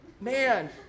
Man